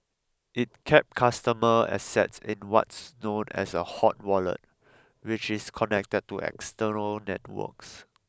it kept customer assets in what's known as a hot wallet which is connected to external networks